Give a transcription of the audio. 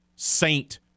Saint